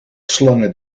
slangen